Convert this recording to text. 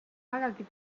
vägagi